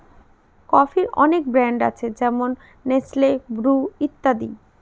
কফির অনেক ব্র্যান্ড আছে যেমন নেসলে, ব্রু ইত্যাদি